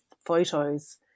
photos